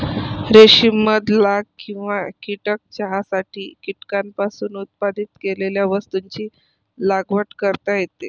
रेशीम मध लाख किंवा कीटक चहासाठी कीटकांपासून उत्पादित केलेल्या वस्तूंची लागवड करता येते